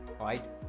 right